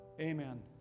amen